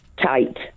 tight